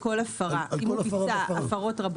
כל נתון שתרצו נשלח.